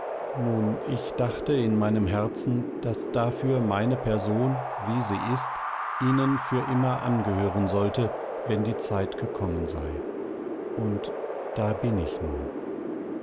nun ich dachte in meinem herzen daß dafür meine person wie sie ist ihnen für immer angehören sollte wenn die zeit gekommen sei und da bin ich nun